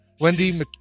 Wendy